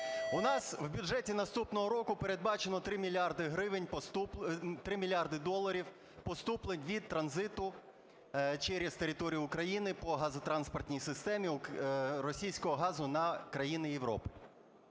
У нас в бюджеті наступного року передбачено 3 мільярди гривень... 3 мільярди доларів поступлень від транзиту через територію України по газотранспортній системі російського газу на країни Європи.